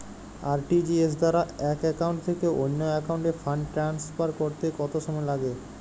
RTGS দ্বারা এক account থেকে অন্য একাউন্টে ফান্ড ট্রান্সফার করতে কত সময় লাগে?